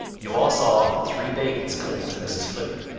you all saw the three babies clinging to mrs. flitter.